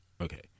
okay